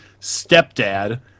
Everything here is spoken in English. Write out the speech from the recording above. stepdad